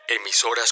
emisoras